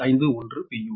u